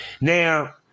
Now